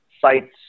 sites